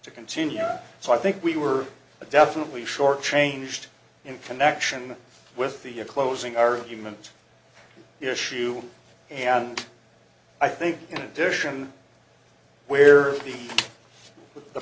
to continue so i think we were definitely shortchanged in connection with the your closing argument issue and i think in addition where the